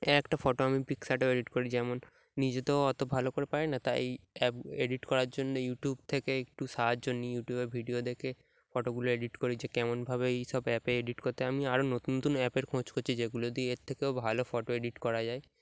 এ একটা ফটো আমি পিক্সারেও এডিট করি যেমন নিজে তো অত ভালো করে পারি না তাই এই অ্যাপ এডিট করার জন্য ইউটিউব থেকে একটু সাহায্য নিই ইউটিউবে ভিডিও দেখে ফটোগুলো এডিট করি যে কেমনভাবে এই সব অ্যাপে এডিট করতে আমি আরও নতুন নতুন অ্যাপের খোঁজ করছি যেগুলো দিয়ে এর থেকেও ভালো ফটো এডিট করা যায়